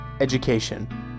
Education